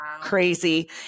crazy